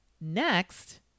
Next